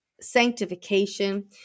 sanctification